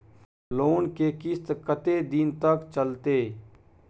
Loan के किस्त कत्ते दिन तक चलते?